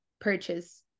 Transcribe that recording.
purchase